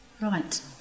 Right